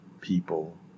people